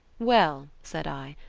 well, said i,